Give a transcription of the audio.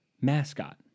mascot